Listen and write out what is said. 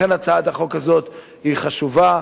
לכן הצעת החוק הזאת היא חשובה,